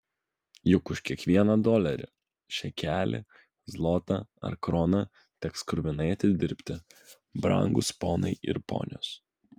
juk už kiekvieną dolerį šekelį zlotą ar kroną teks kruvinai atidirbti brangūs ponai ir ponios